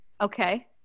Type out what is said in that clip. Okay